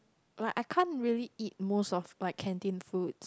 like I can't really eat most of like canteen food